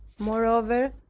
moreover,